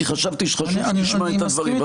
כי חשבתי שחשוב שתשמע את הדברים,